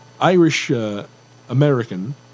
Irish-American